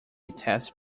test